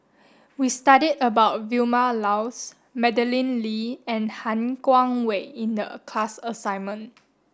we studied about Vilma Laus Madeleine Lee and Han Guangwei in the class assignment